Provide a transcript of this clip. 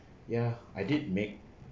ya I did make